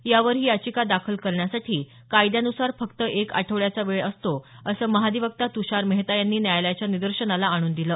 यावर ही याचिका दाखल करण्यासाठी कायद्यानुसार फक्त एक आठवड्याचा वेळ असतो असं महाधिवक्ता तुषार मेहता यांनी न्यायालयाच्या निदर्शनाला आणून दिलं